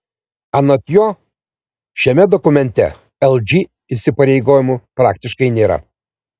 anot jo šiame dokumente lg įsipareigojimų praktiškai nėra